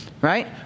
Right